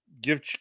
give